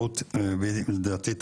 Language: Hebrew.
לדעתי,